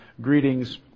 greetings